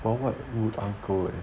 well what would uncle leh